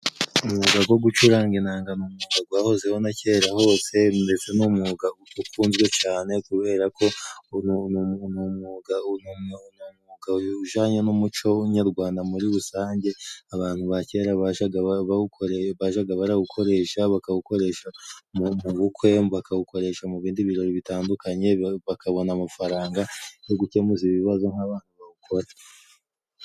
Umwuga go gucuranga inanga gwahozeho na kera hose mbese ni umwuga ukunzwe cyane. Kubera ko umwuga ujanye n'umuco nyarwanda. Muri rusange abantu ba kera, bajaga barawukoresha, bakawukoresha mu bukwe, bakawukoresha mu bindi birori bitandukanye, bakabona amafaranga yo gukemuza ibibazo nk'abantu bawukora.